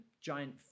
giant